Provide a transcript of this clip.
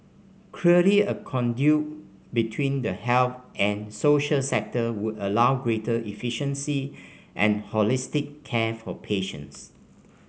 clearly a conduit between the health and social sector would allow greater efficiency and holistic care for patients